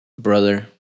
brother